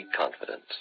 confidence